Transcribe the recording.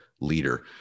Leader